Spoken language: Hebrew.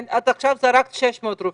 את עכשיו זרקת 600 רופאים.